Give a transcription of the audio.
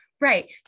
Right